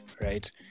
right